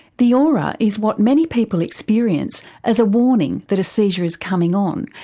the aura is what many people experience as a warning that a seizure is coming on.